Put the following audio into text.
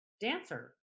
Dancer